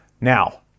Now